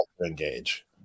engage